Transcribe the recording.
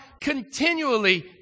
continually